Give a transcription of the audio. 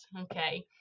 okay